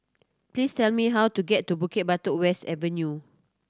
please tell me how to get to Bukit Batok West Avenue